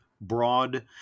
broad